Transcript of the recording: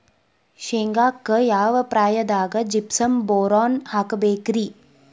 ಶೇಂಗಾಕ್ಕ ಯಾವ ಪ್ರಾಯದಾಗ ಜಿಪ್ಸಂ ಬೋರಾನ್ ಹಾಕಬೇಕ ರಿ?